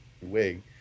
wig